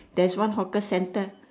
there's one hawker centre